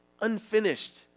unfinished